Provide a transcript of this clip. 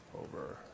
over